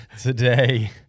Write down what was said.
today